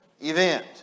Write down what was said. event